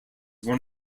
one